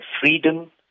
freedom